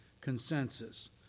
consensus